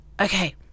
Okay